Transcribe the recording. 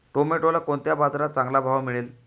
टोमॅटोला कोणत्या बाजारात चांगला भाव मिळेल?